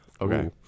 Okay